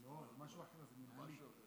הכנסת אורלי